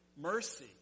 mercy